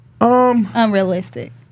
unrealistic